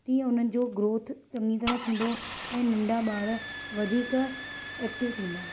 तीअं हुनजो ग्रोथ चङी तरह थींदो ऐं नंढा बार वधिक एक्टिव थींदा